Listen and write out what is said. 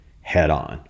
head-on